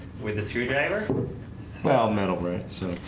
with this huge driver well middle branson